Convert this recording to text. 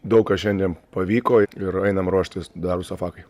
daug kas šiandien pavyko ir einam ruoštis darusafakai